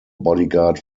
bodyguard